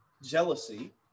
jealousy